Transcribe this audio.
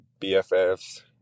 BFFs